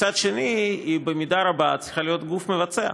מצד שני, היא במידה רבה צריכה להיות גוף מבצע.